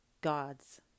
God's